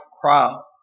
crowd